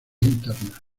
internas